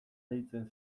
deitzen